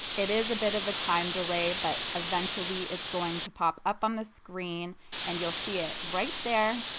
it is a bit of a time delay but eventually it's going to pop up on the screen and you'll see it right there.